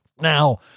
Now